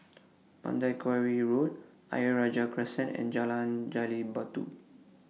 Mandai Quarry Road Ayer Rajah Crescent and Jalan Gali Batu